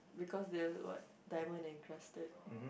because they are what diamond encrusted